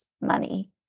money